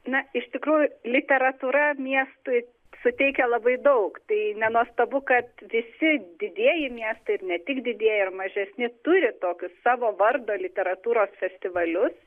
na iš tikrųjų literatūra miestui suteikia labai daug tai nenuostabu kad visi didieji miestai ir ne tik didieji ir mažesni turi tokius savo vardo literatūros festivalius